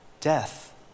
death